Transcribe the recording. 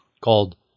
called